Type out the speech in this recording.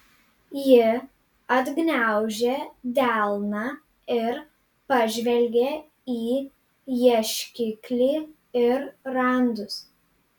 ji atgniaužė delną ir pažvelgė į ieškiklį ir randus